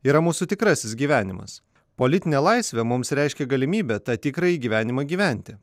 yra mūsų tikrasis gyvenimas politinė laisvė mums reiškia galimybę tą tikrąjį gyvenimą gyventi